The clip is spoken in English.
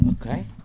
Okay